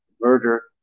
murder